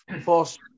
force